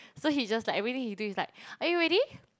so he just like everything he do he is like are you ready